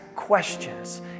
Questions